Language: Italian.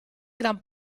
gran